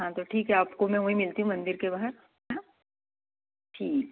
हाँ तो ठीक है आपको मैं वहीं मिलती हूँ मंदिर के बाहर है न ठीक है